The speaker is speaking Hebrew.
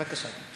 בבקשה.